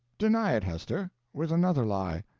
deny it, hester with another lie.